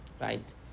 Right